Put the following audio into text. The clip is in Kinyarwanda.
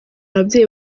ababyeyi